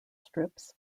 strips